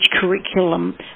curriculum